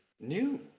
new